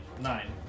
Nine